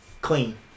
clean